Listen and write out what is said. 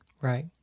Right